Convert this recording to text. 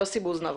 יוסי בוזנאה,